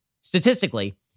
Statistically